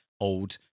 old